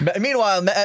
Meanwhile